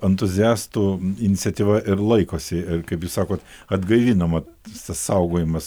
entuziastų iniciatyva ir laikosi ir kaip jūs sakote atgaivinama saugojimas